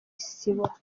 isibo